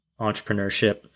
entrepreneurship